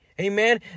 Amen